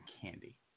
candy